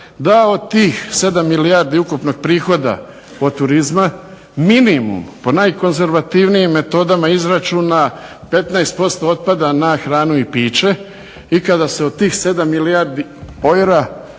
da od tih 7 milijardi ukupnog prihoda od turizma minimum po najkonzervativnijim metodama izračuna 15% otpada na hranu i piće i kada se od tih 7 milijardi eura